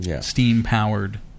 Steam-powered